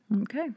Okay